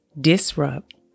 disrupt